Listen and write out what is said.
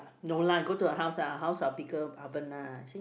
no lah go to her house lah her house got big oven lah see